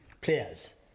players